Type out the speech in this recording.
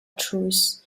truce